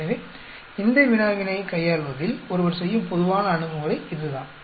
எனவே இந்த வினாவினைக் கையாள்வதில் ஒருவர் செய்யும் பொதுவான அணுகுமுறை இதுதான்